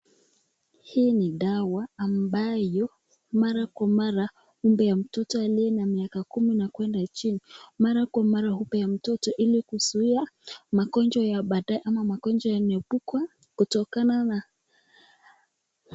Hii ni dawa ambayo mara kwa mara hupewa mtoto aliye na miaka kumi kwenda na chini mara kwa mara hupewa mtoto ili kuzuia magonjwa ya badaye ama magonjwa ya maipuko kutokana na